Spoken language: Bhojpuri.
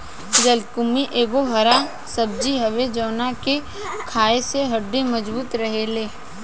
जलकुम्भी एगो हरा सब्जी हवे जवना के खाए से हड्डी मबजूत रहेला